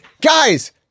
guys